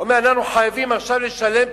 אנחנו חייבים עכשיו לשלם פיצויים,